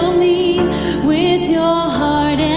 me with your heart